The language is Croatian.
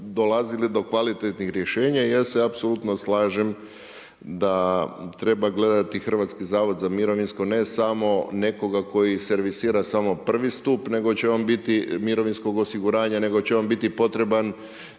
dolazili do kvalitetnih rješenja i ja se apsolutno slažem da treba gledati HZMO, ne samo nekoga koji servisira samo prvi stup, nego će vam biti, mirovinskog osiguranja, nego će vam biti potreban